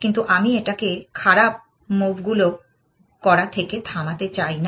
কিন্তু আমি এটাকে খারাপ মুভগুলো করা থেকে থামাতে চাই না